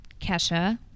Kesha